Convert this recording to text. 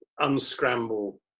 unscramble